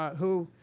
who